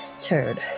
turd